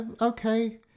Okay